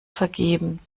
vergeben